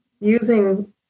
using